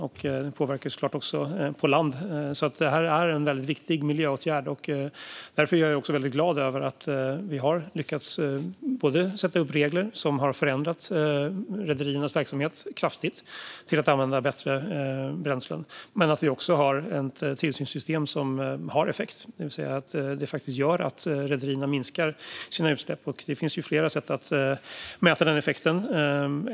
Det påverkar såklart också på land. Det här är alltså en viktig miljöåtgärd. Därför är jag också väldigt glad över att vi har lyckats sätta upp regler som kraftigt har förändrat rederiernas verksamhet till att de använder bättre bränslen och över att vi har ett tillsynssystem som har effekt, det vill säga faktiskt gör att rederierna minskar sina utsläpp. Det finns flera sätt att mäta effekten.